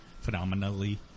phenomenally